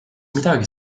midagi